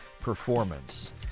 performance